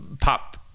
pop